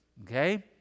okay